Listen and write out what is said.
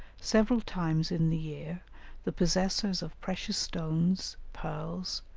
several times in the year the possessors of precious stones, pearls,